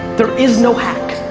there is no hack.